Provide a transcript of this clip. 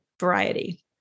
variety